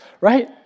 right